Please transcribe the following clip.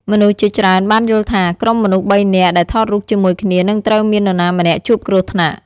មនុស្សជាច្រើនបានយល់ថា ក្រុមមនុស្សបីនាក់ដែលថតរូបជាមួយគ្នានឹងត្រូវមាននរណាម្នាក់ជួបគ្រោះថ្នាក់។